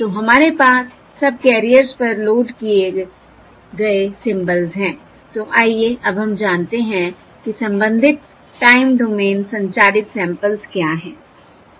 तो हमारे पास सबकैरियर्स पर लोड किए गए सिंबल्स हैं तो आइए अब हम जानते हैं कि संबंधित टाइम डोमेन संचारित सैंपल्स क्या हैं ठीक है